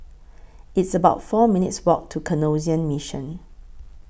It's about four minutes' Walk to Canossian Mission